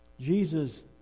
Jesus